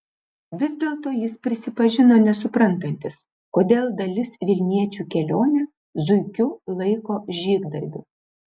vis dėlto jis prisipažino nesuprantantis kodėl dalis vilniečių kelionę zuikiu laiko žygdarbiu